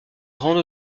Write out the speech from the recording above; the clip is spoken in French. grande